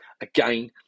Again